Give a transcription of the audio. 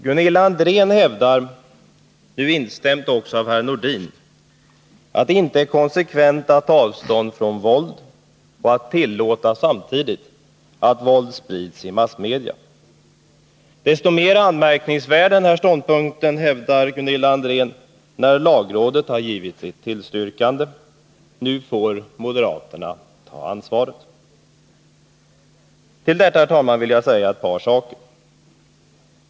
Gunilla André hävdar — och herr Nordin instämmer — att det inte är konsekvent att ta avstånd från våld och samtidigt tillåta att våld sprids i massmedia. Den här ståndpunkten är desto mer anmärkningsvärd, hävdar Gunilla André, som lagrådet givit sitt tillstyrkande. Nu får moderaterna ta ansvaret. Till detta vill jag, herr talman, säga ett par saker.